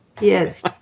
Yes